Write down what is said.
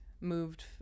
moved